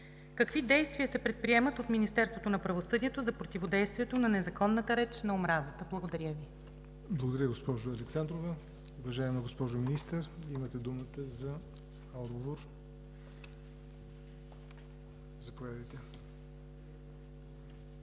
Какви действия се предприемат от Министерството на правосъдието за противодействие на незаконната реч на омразата? Благодаря Ви. ПРЕДСЕДАТЕЛ ЯВОР НОТЕВ: Благодаря, госпожо Александрова. Уважаема госпожо Министър, имате думата за отговор – заповядайте.